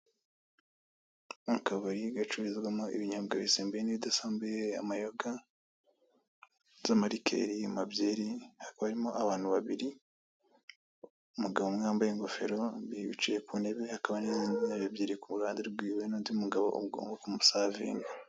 Akabari gacururizwamo ibinyombwa bisembuye n'ibidasembuye amayoga z'amarikeri, amabyeri hakaba harimo abantu babiri, umugabo umwe wambaye ingofero wicaye ku ntebe hakaba n'izindi ntebe ebyiri ku ruhande rwiwe, hakaba hari n'undi mugabo ugomba kumusavinga.